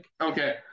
Okay